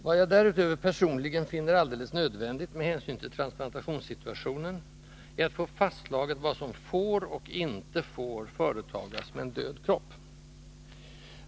Vad jag därutöver personligen finner alldeles nödvändigt med hänsyn till transplantationssituationen är att få fastslaget vad som får och inte får företagas med en död kropp.